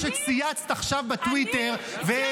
-- מה שצייצת עכשיו בטוויטר -- כתבתי את האמת.